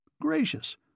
Gracious